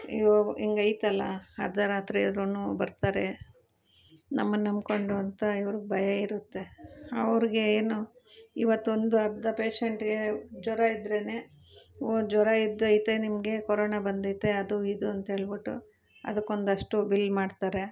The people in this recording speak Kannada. ಇವು ಹಿಂಗೈತಲ್ಲ ಅರ್ಧ ರಾತ್ರಿ ಆದ್ರೂ ಬರ್ತಾರೆ ನಮ್ಮ ನಂಬಿಕೊಂಡು ಅಂತ ಇವ್ರಿಗೆ ಭಯ ಇರುತ್ತೆ ಅವ್ರಿಗೆ ಏನು ಇವತ್ತು ಒಂದು ಅರ್ಧ ಪೇಶೆಂಟ್ಗೆ ಜ್ವರ ಇದ್ರೆ ಓ ಜ್ವರ ಇದ್ದಯ್ತೆ ನಿಮಗೆ ಕೊರೋನ ಬಂದೈತೆ ಅದು ಇದು ಅಂತೇಳ್ಬಿಟ್ಟು ಅದಕ್ಕೊಂದಷ್ಟು ಬಿಲ್ ಮಾಡ್ತಾರೆ